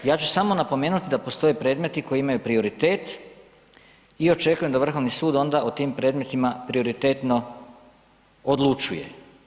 Ja ću samo napomenuti da postoje predmeti koji imaju prioritet i očekujem da Vrhovni sud onda o tim predmetima prioritetno odlučuje.